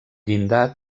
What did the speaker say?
llindar